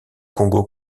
congo